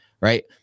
right